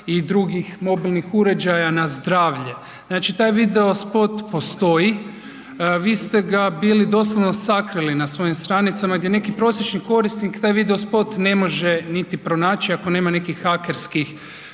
i drugih mobilnih uređaja na zdravlje. Znači taj video spot postoji, vis te ga bili doslovno sakrili na svojim stranicama gdje neki prosječni korisnik taj video spot ne može niti pronaći ako nema nekih hakerskih